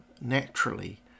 naturally